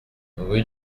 rue